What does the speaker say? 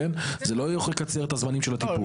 זה לא יקצר את זמני הטיפול.